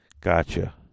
Gotcha